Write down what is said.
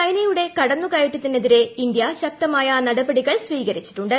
ചൈനയുടെ കടന്നുകയറ്റതിനെതിരെ ഇന്ത്യ ശക്തമായ നടപടികൾ സ്വീകരിച്ചിട്ടുണ്ട്